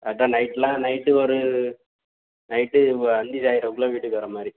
கரெக்டாக நைட்லாம் நைட்டு ஒரு நைட்டு அந்தி சாகிறதுக்குள்ள வீட்டுக்கு வரமாதிரி